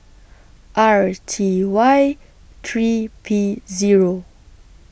R T Y three P Zero